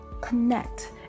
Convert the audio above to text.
connect